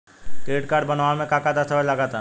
Credit card बनवावे म का का दस्तावेज लगा ता?